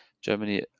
Germany